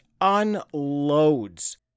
unloads